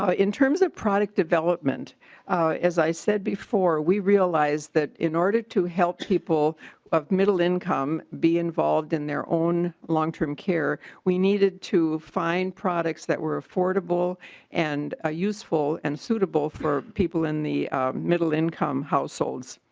ah in terms of product development as i said before we realized that in order to help people of little income be involved in their own long-term care we needed to find products that were affordable and ah useful and suitable for people in the middle income households.